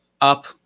up